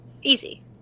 Easy